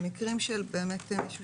במקרים של בגיר,